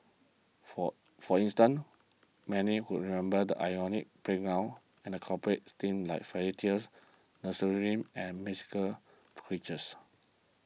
for for instance many would remember the iconic playgrounds and incorporated themes like fairy tales nursery rhymes and mythical creatures